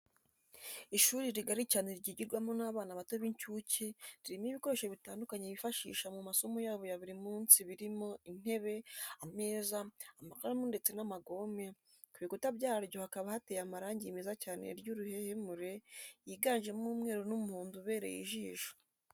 Ishuri rigari cyane ryigirwamo n'abana bato b'incuke, ririmo ibikoresho bitandukanye bifashisha mu masomo yabo ya buri munsi birimo: intebe, ameza, amakaramu ndetse n'amagome, ku bikuta byaryo hakaba hateye amarangi meza cyane y'uruhehemure yiganjemo umweru n'umuhondo ubereye ijisho.